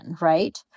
right